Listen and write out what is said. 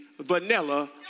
Vanilla